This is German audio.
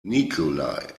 nikolai